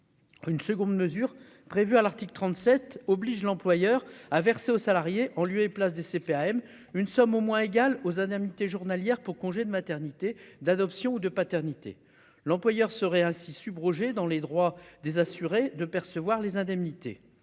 une seconde mesure prévue à l'article 37 oblige l'employeur à verser aux salariés en lieu et place des CPAM une somme au moins égale aux indemnités journalières pour congé de maternité d'adoption ou de paternité, l'employeur serait ainsi su Breger dans les droits des assurés de percevoir les indemnités